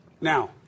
Now